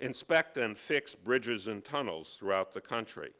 inspect and fix bridges and tunnels throughout the country,